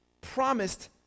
promised